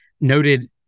noted